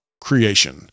creation